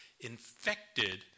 infected